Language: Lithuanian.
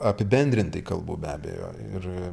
apibendrintai kalbu be abejo ir